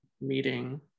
meeting